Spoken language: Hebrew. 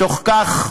בתוך כך,